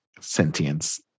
sentience